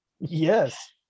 Yes